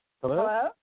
Hello